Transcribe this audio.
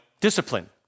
discipline